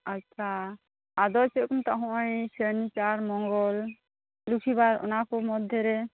ᱟᱪᱷᱟ ᱟᱫᱚ ᱪᱮᱫ ᱠᱚ ᱢᱮᱛᱟᱜᱼᱟ ᱦᱚᱜᱼᱚᱸᱭ ᱥᱮᱱ ᱪᱟᱨ ᱢᱳᱝᱜᱚᱞ ᱞᱚᱠᱷᱤ ᱵᱟᱨ ᱚᱱᱟ ᱠᱚ ᱢᱚᱫᱽᱫᱷᱮ ᱨᱮ